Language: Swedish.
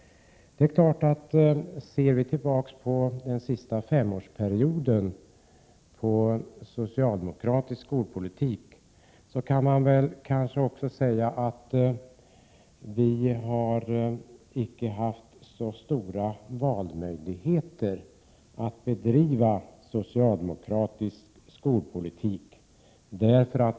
Om man ser tillbaka på den senaste femårsperioden av socialdemokratisk skolpolitik kan man kanske säga att vi inte har haft så stora valmöjligheter i fråga om att bedriva en socialdemokratisk skolpolitik.